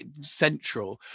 central